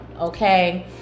okay